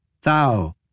Thou